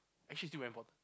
actually still very important